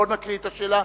לא נקריא את השאלה.